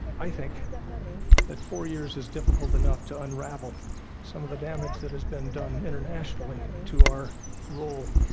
i think that four years is difficult enough to unravel some of the damage that has been done internationally to our role,